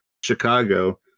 Chicago